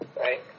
right